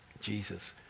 jesus